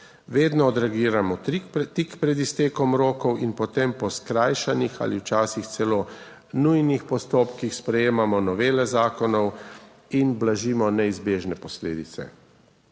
Vedno odreagiramo tik pred iztekom rokov in potem po skrajšanih ali včasih celo nujnih postopkih sprejemamo novele zakonov in blažimo neizbežne posledice.